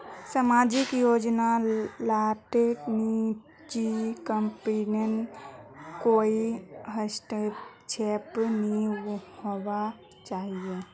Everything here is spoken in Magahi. सामाजिक योजना लात निजी कम्पनीर कोए हस्तक्षेप नि होवा चाहि